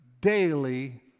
daily